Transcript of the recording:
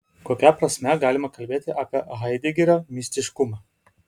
kokia prasme galima kalbėti apie haidegerio mistiškumą